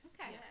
okay